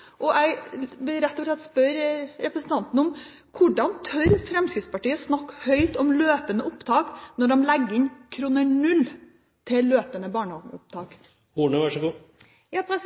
barnehageopptak. Jeg vil rett og slett spørre representanten: Hvordan tør Fremskrittspartiet snakke høyt om løpende opptak, når de legger inn null kroner til løpende barnehageopptak? Jeg vil